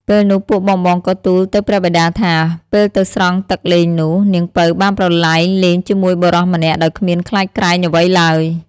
ពេលនោះ ពួកបងៗក៏ទូលទៅព្រះបិតាថា ពេលទៅស្រង់ទឹកលេងនោះ នាងពៅបានប្រឡែងលេងជាមួយបុរសម្នាក់ដោយគ្មានខ្លាចក្រែងអ្វីឡើយ។